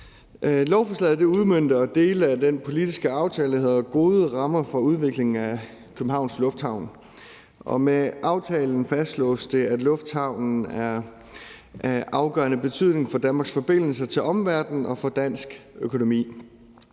Lovforslaget udmønter dele af den politiske aftale, der hedder »Gode rammer for udvikling af Københavns Lufthavn«, og med aftalen fastslås det, at lufthavnen er af afgørende betydning for Danmarks forbindelser til omverdenen og for dansk økonomi.